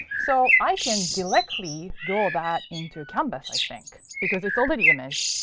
so i can directly draw that into canvas, i think, because it's already image.